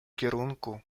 kierunku